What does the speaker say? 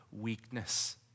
weakness